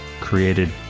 created